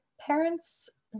parents